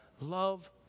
Love